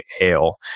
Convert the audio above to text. ale